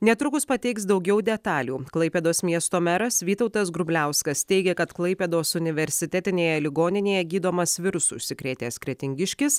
netrukus pateiks daugiau detalių klaipėdos miesto meras vytautas grubliauskas teigė kad klaipėdos universitetinėje ligoninėje gydomas virusu užsikrėtęs kretingiškis